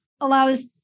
allows